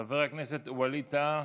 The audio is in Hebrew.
חבר הכנסת ווליד טאהא,